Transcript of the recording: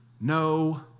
no